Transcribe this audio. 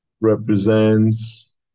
represents